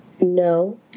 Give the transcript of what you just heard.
No